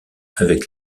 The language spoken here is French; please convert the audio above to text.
avec